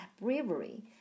bravery